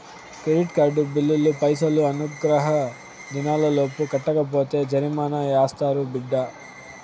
credit card బిల్లులు పైసలు అనుగ్రహ దినాలలోపు కట్టకపోతే జరిమానా యాస్తారు బిడ్డా